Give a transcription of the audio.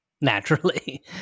naturally